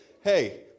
Hey